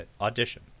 audition